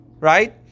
right